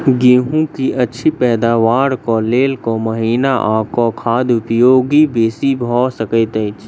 गेंहूँ की अछि पैदावार केँ लेल केँ महीना आ केँ खाद उपयोगी बेसी भऽ सकैत अछि?